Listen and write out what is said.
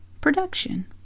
Production